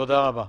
תודה רבה.